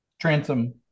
transom